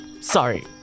Sorry